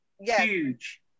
Huge